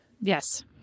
Yes